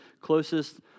closest